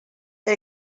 per